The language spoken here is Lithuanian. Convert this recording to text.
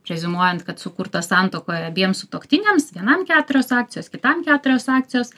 preziumuojant kad sukurtas santuokoje abiem sutuoktiniams vienam keturios akcijos kitam keturios akcijos